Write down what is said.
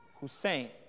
Hussein